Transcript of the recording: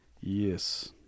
yes